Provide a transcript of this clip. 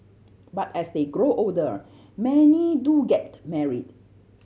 but as they grow older many do get married